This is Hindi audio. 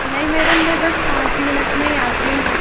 नहीं मैडम मैं बस पाँच मिनट में ही आती हूँ बस